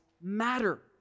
matter